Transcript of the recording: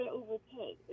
overpay